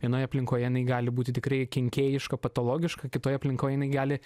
vienoje aplinkoje jinai gali būti tikrai kenkėjiška patologiška kitoj aplinkoj jinai gali